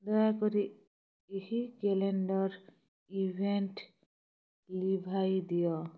ଦୟାକରି ଏହି calendar event ଲିଭାଇ ଦିଅ